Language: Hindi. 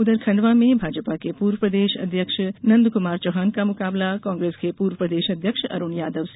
उधर खंडवा में भाजपा के पूर्व प्रदेश अध्यक्ष नंद कुमार सिंह चौहान का मुकाबला कांग्रेस के पूर्व प्रदेश अध्यक्ष अरूण यादव से है